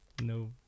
No